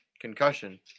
Concussion